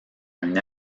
une